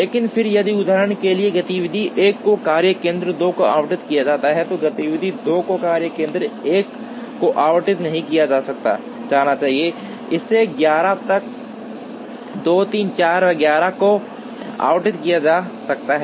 लेकिन फिर यदि उदाहरण के लिए गतिविधि 1 को कार्य केंद्र 2 को आवंटित किया जाता है तो गतिविधि 2 को कार्य केंद्र 1 को आवंटित नहीं किया जाना चाहिए इसे 11 तक 2 3 4 वगैरह को आवंटित किया जा सकता है